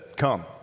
Come